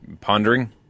Pondering